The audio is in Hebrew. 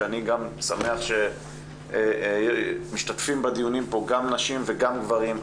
שאני גם שמח שמשתתפים בדיונים פה גם נשים וגם גברים,